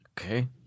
Okay